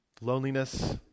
Loneliness